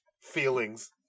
feelings